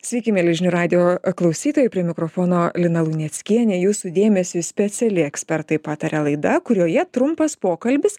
sveiki mieli žinių radijo klausytojai prie mikrofono lina luneckienė jūsų dėmesiui speciali ekspertai pataria laida kurioje trumpas pokalbis